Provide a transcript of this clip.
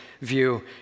view